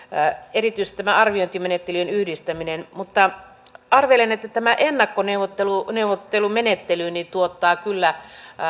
erityisesti tämä arviointimenettelyjen yhdistäminen mutta arvelen että tämä ennakkoneuvottelumenettely tuottaa kyllä